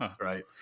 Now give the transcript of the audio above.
right